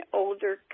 older